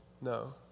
No